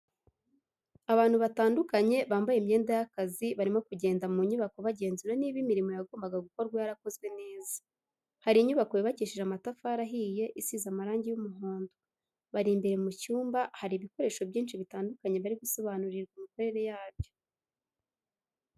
Abantu batandukanye bambaye imyenda y'akazi barimo kugenda mu nyubako bagenzura niba imirimo yagombaga gukorwa yarakozwe neza, hari inyubako yubakishije amatafari ahiye isize amarangi y'umuhondo, bari imbere mu cyumba ahari ibikoresho byinshi bitandukanye bari gusobanurirwa imikorere yabyo.